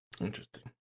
Interesting